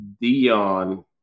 Dion